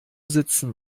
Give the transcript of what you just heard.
sitzen